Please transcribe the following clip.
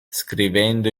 scrivendo